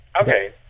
Okay